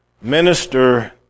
minister